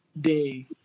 day